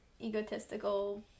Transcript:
egotistical